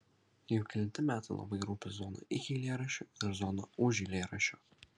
jau kelinti metai labai rūpi zona iki eilėraščio ir zona už eilėraščio